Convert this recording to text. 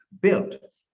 built